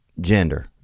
gender